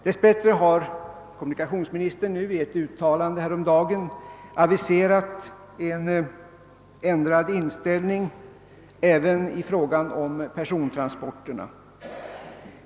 Dess bättre har kommunikationsministern i ett uttalande här omdagen aviserat en ändrad inställning även i fråga om persontransporterna.